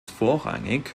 vorrangig